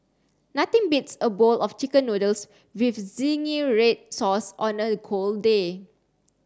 nothing beats a bowl of chicken noodles with zingy red sauce on a cold day